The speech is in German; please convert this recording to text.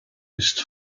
ist